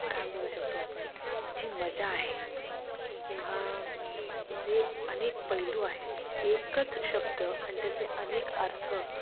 काय म्हणू शकतो आपण जी मजा आहे किंवा जे अनेक पैलू आहेत एकच शब्द अन त्याचे अनेक अर्थ